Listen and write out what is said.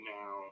now